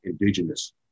indigenous